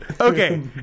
Okay